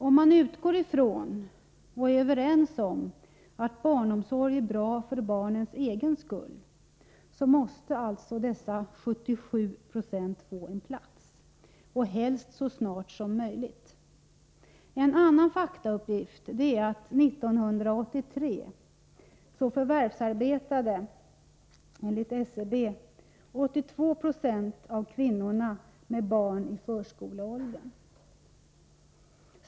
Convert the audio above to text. Om man utgår ifrån och är överens om att barnomsorg är bra för barnens egen skull, måste alltså dessa 77 96 få en plats, helst så snart som möjligt. En annan faktauppgift är att 1983 förvärvsarbetade enligt SCB 82 20 av de kvinnor som har barn i förskoleåldern.